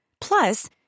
Plus